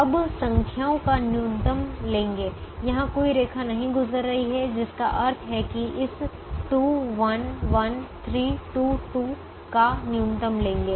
अब संख्याओं का न्यूनतम लेंगे जहां कोई रेखा नहीं गुजर रही है जिसका अर्थ है कि इस 2 1 1 3 2 2 का न्यूनतम लेंगे